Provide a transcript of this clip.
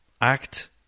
act